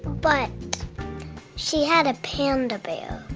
but she had a panda bear.